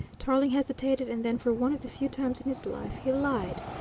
tarling hesitated, and then, for one of the few times in his life, he lied.